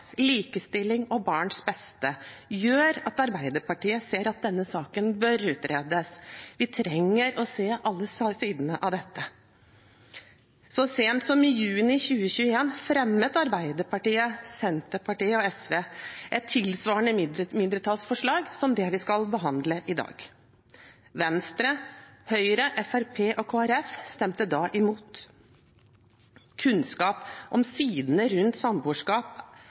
likestilling og barns beste gjør at Arbeiderpartiet ser at denne saken bør utredes. Vi trenger å se alle sidene av dette. Så sent som i juni 2021 fremmet Arbeiderpartiet, Senterpartiet og SV et tilsvarende mindretallsforslag som det vi skal behandle i dag. Venstre, Høyre, Fremskrittspartiet og Kristelig Folkeparti stemte da imot. Kunnskap om sidene rundt